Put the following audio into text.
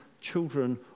children